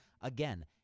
Again